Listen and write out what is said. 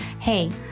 Hey